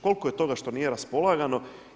Koliko je toga što nije raspolagano?